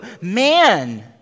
Man